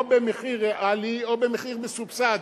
או במחיר ריאלי או במחיר מסובסד.